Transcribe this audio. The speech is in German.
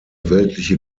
weltliche